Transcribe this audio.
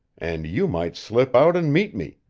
and you might slip out and meet me,